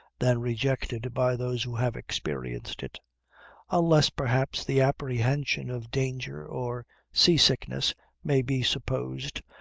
than rejected by those who have experienced it unless, perhaps, the apprehension of danger or seasickness may be supposed,